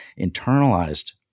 internalized